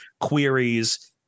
queries